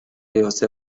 yose